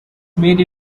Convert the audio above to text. made